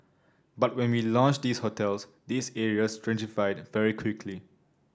but when we launched these hotels these areas gentrified very quickly